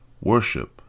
worship